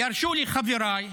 ירשו לי חבריי,